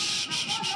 שירת.